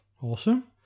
Awesome